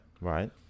right